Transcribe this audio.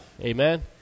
amen